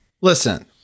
Listen